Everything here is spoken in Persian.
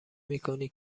میکنی